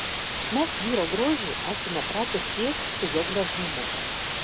mes vyro grožį esame pratę sieti su jo gležnumu